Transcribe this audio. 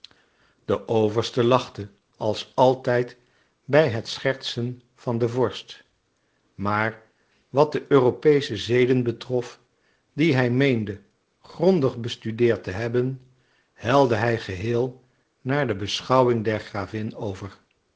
de overste lachte als altijd bij het schertsen van den vorst maar wat de europeesche zeden betrof die hij meende grondig bestudeerd te hebben helde hij geheel naar de beschouwing der gravin over